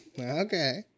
Okay